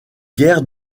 guerres